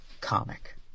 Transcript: comic